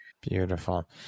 Beautiful